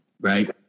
Right